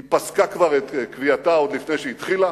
היא פסקה כבר את קביעתה עוד לפני שהתחילה,